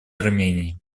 армении